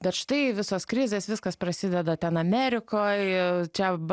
bet štai visos krizės viskas prasideda ten amerikoj čia